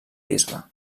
bisbe